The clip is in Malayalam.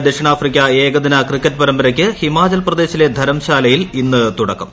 ഇന്ത്യ ദക്ഷിണാഫ്രിക്ക ഏകദിന ക്രിക്കറ്റ് പരമ്പരയ്ക്ക് ഹിമാചൽപ്രദേശിലെ ധരംശാലയിൽ ഇന്ന് തുടക്കം